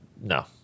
No